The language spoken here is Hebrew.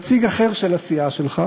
נציג אחר של הסיעה שלך